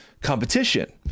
competition